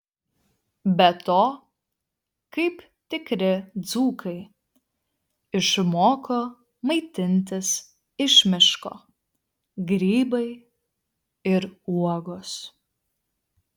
be to kaip tikri dzūkai išmoko maitintis iš miško grybai ir uogos